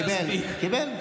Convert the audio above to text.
הוא קיבל, הוא קיבל.